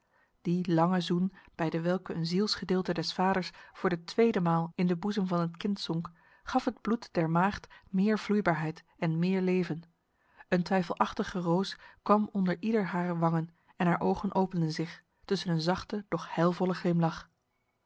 die lange zoen bij dewelke een zielsgedeelte des vaders voor de tweede maal in de boezem van het kind zonk gaf het bloed der maagd meer vloeibaarheid en meer leven een twijfelachtige roos kwam onder ieder harer wangen en haar ogen openden zich tussen een zachte doch heilvolle glimlach